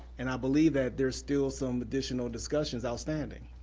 and i believe that there's still some additional discussions outstanding,